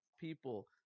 people